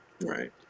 Right